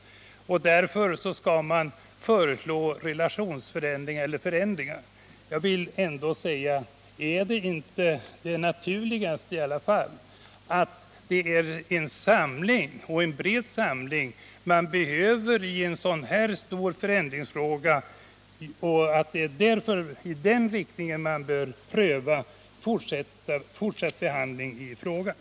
Därför skall man föreslå relationsförändringar. Är det inte i alla fall så att man behöver en bred samling i en sådan här stor förändringsfråga och att det sålunda är i den riktningen man bör pröva frågan under den fortsatta behandlingen?